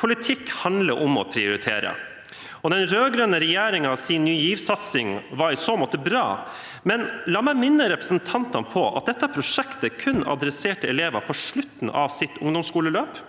Politikk handler om å prioritere, og den rød-grønne regjeringens Ny GIV-satsing var i så måte bra, men la meg minne representantene om at dette prosjektet kun adresserte elever på slutten av sitt ungdomsskoleløp